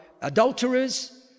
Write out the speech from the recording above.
adulterers